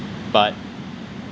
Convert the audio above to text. but